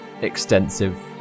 extensive